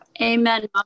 Amen